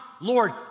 Lord